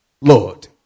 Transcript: Lord